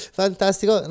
fantastico